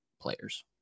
players